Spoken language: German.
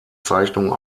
zeichnung